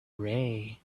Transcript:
ray